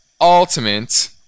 ultimate